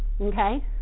okay